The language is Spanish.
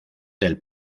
del